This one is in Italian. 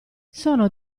sono